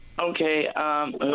Okay